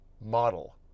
model